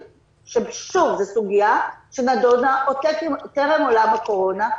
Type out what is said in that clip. כששוב זו סוגיה שנדונה עוד טרם עולם הקורונה.